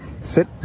sit